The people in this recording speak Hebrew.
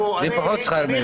לפחות שכר מינימום צריך.